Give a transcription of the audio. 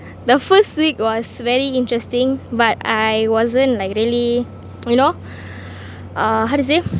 the first week was very interesting but I wasn't like really you know uh how to say